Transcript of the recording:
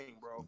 bro